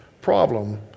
problem